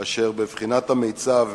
שבבחינת המיצ"ב,